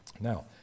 Now